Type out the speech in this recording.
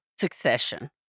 Succession